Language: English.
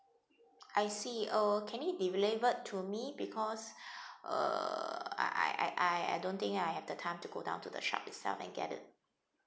I see oh can you delivered to me because uh I I I I I don't think I have the time to go down to the shop itself and get it